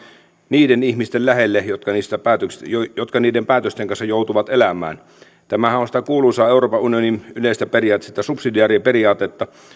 niiden ihmisten lähelle jotka niiden päätösten kanssa joutuvat elämään tämähän on sitä kuuluisaa euroopan unionin yleistä periaatetta sitä subsidiariteettiperiaatetta